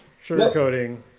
sugarcoating